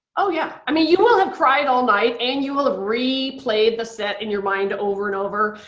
oh yeah. i mean, you will have cried all night and you will have replayed the set in your mind over and over.